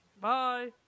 Bye